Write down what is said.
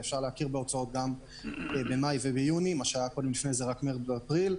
ואפשר להכיר בהוצאות גם במאי וביוני מה שהיה קודם רק במרס ואפריל,